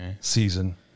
season